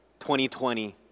2020